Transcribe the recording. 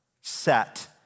set